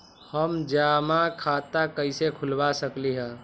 हम जमा खाता कइसे खुलवा सकली ह?